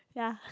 ya